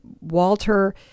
Walter